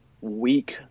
weak